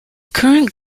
current